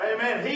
Amen